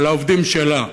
על העובדים שלה,